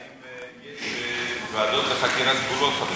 האם יש ועדות חדשות לחקירת גבולות?